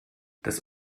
das